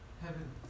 heaven